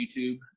YouTube